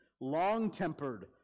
long-tempered